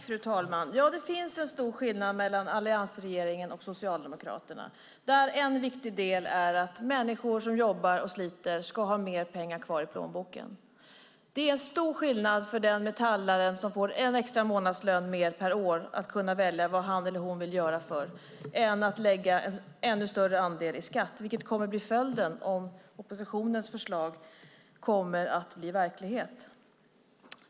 Fru talman! Ja, det finns en stor skillnad mellan alliansregeringen och Socialdemokraterna, där en viktig del är att människor som jobbar och sliter ska ha mer pengar kvar i plånboken. Det innebär en stor skillnad för den metallare som får en extra månadslön per år att kunna välja vad han eller hon vill göra för pengarna mot att lägga en ännu större andel i skatt, vilket kommer att bli följden om oppositionens förslag skulle bli verklighet.